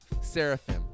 Seraphim